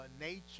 nature